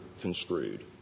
construed